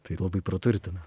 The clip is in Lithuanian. tai labai praturtina